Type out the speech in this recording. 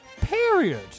PERIOD